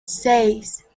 seis